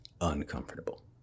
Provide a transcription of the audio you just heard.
uncomfortable